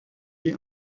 die